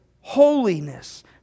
holiness